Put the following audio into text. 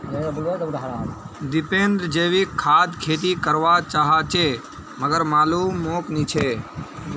दीपेंद्र जैविक खाद खेती कर वा चहाचे मगर मालूम मोक नी छे